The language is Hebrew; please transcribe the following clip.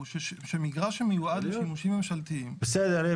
שמגרש שמיועד לשימושים ממשלתיים --- בסדר,